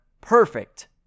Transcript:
perfect